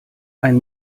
ein